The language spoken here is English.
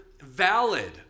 valid